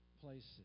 places